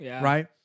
right